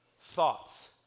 thoughts